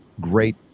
great